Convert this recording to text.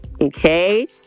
Okay